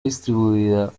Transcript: distribuida